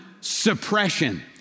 suppression